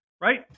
right